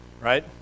Right